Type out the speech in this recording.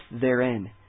therein